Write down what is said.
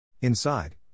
Inside